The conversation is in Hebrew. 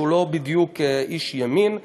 שהוא לא בדיוק איש ימין.